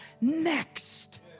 next